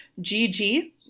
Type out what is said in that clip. GG